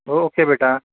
okay बेटा